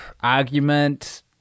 argument